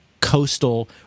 coastal